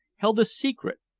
held a secret,